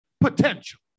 potential